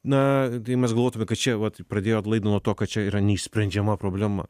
na tai mes galvotume kad čia vat pradėjot laidą nuo to kad čia yra neišsprendžiama problema